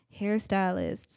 hairstylists